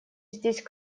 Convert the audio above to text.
здесь